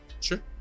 Sure